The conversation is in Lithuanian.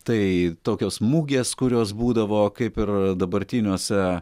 tai tokios mugės kurios būdavo kaip ir dabartiniuose